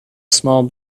small